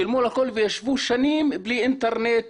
שילמו על הכול וישבו שנים בלי אינטרנט,